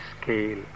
scale